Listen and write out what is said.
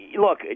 Look